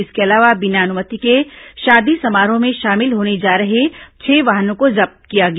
इसके अलावा बिना अनुमति के शादी समारोह में शामिल होने जा रहे छह वाहनों को जब्त किया गया